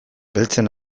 beltzen